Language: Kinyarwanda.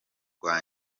rwa